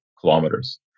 kilometers